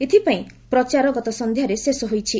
ଏଥିପାଇଁ ପ୍ରଚାର ଗତ ସନ୍ଧ୍ୟାରେ ଶେଷ ହୋଇଛି